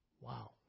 Wow